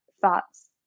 thoughts